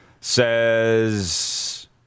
says